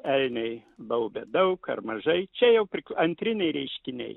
elniai baubia daug ar mažai čia jau tik antriniai reiškiniai